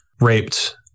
raped